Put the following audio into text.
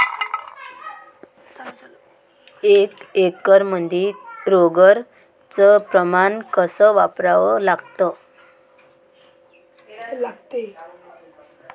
एक एकरमंदी रोगर च प्रमान कस वापरा लागते?